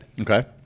okay